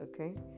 okay